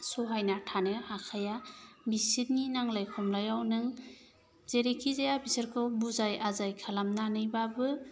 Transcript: सहायना थानो हाखाया बिसोरनि नांज्लाय खमलायाव नों जेरैखि जाया बिसोरखौ बुजाय आजाय खालामनानैब्लाबो